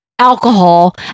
alcohol